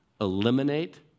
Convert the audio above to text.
Eliminate